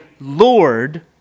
Lord